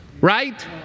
right